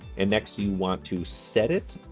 and next, you want to set it,